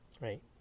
right